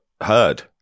heard